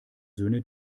söhne